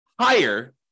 higher